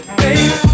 baby